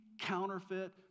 counterfeit